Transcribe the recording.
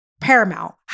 paramount